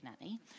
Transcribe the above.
Nanny